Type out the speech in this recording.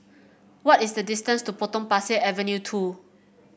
what is the distance to Potong Pasir Avenue two